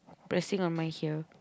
pressing on my here